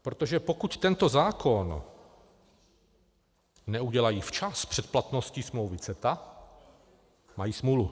Protože pokud tento zákon neudělají včas před platností smlouvy CETA, mají smůlu.